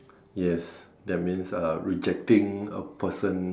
yes that means uh rejecting a person